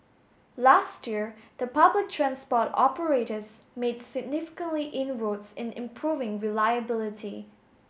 last year the public transport operators made significantly inroads in improving reliability